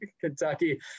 Kentucky